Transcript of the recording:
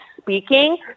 speaking